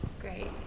Great